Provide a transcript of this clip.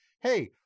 hey